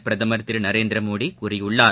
பிரதமர் திரு நரேந்திர மோடி கூறியுள்ளார்